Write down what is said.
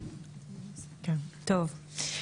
טוב.